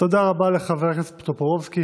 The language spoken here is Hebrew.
תודה רבה לחבר הכנסת טופורובסקי.